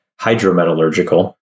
hydrometallurgical